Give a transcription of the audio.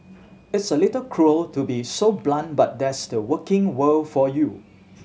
it's a little cruel to be so blunt but that's the working world for you